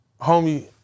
homie